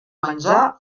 menjar